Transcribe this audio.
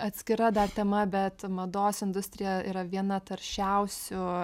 atskira dar tema bet mados industrija yra viena taršiausių